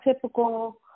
typical